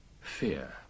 fear